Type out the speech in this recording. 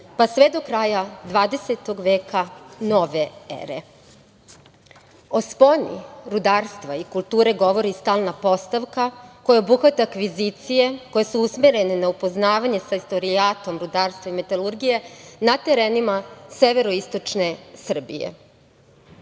pa sve do kraja 20. veka, nove ere.O sponi rudarstva i kulture govori stalna postavka koja obuhvata kvizicije, koje su usmerene na upoznavanje sa istorijatom rudarstva i metalurgije, na terenima severoistočne